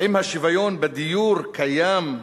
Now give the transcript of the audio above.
האם השוויון בדיור קיים,